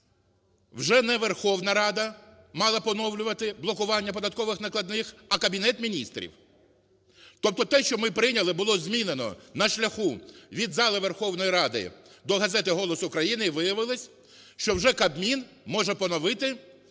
вже не Верховна Рада мала поновлювати блокування податкових накладних, а Кабінет Міністрів. Тобто те, що ми прийняли, було змінено на шляху від зали Верховної Ради до газети "Голос України" і виявилось, що вже Кабмін може поновити